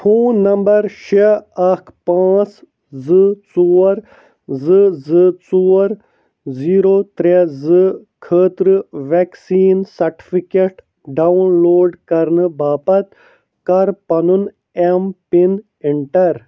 phone number شیٚے اکھ پانٛژھ زٕ ژور زٕ زٕ ژور زیٖرو ترٛےٚ زٕ خٲطرٕ ویکسیٖن سرٹِفیکیٹ ڈاؤن لوڈ کَرنہٕ باپتھ کَر پَنُن ایم پِن ایٚنٹر